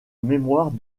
mémoire